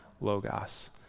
Logos